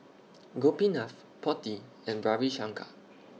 Gopinath Potti and Ravi Shankar